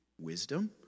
wisdom